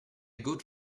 good